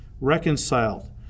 reconciled